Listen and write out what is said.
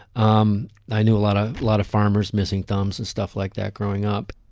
um i knew a lot. a lot of farmers missing thumbs and stuff like that growing up.